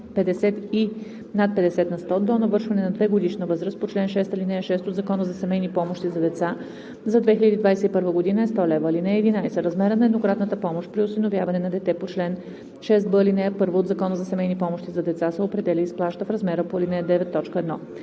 ал. 1 от Закона за семейни помощи за деца се определя и изплаща в размера по ал. 9, т. 1.